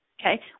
okay